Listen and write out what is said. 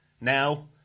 now